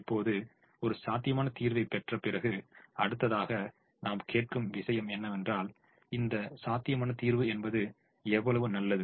இப்போது ஒரு சாத்தியமான தீர்வைப் பெற்ற பிறகு அடுத்ததாக நாம் கேட்கும் விஷயம் என்னவென்றால் இந்த சாத்தியமான தீர்வு என்பது எவ்வளவு நல்லது